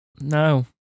No